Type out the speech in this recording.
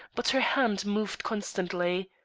but her hand moved constantly.